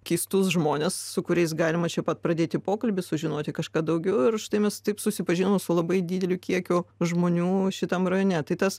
keistus žmones su kuriais galima čia pat pradėti pokalbius sužinoti kažką daugiau ir už tai mes taip susipažinus su labai dideliu kiekiu žmonių šitam rajone tai tas